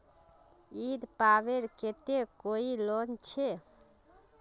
ईद पर्वेर केते कोई लोन छे?